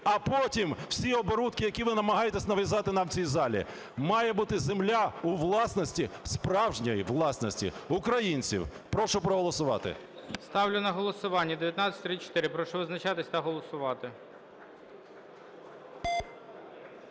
а потім всі оборудки, які ви намагаєтесь нав'язати нам в цій залі. Має бути земля у власності, у справжній власності українців. Прошу проголосувати. ГОЛОВУЮЧИЙ. Ставлю на голосування 1934. Прошу визначатись та голосувати.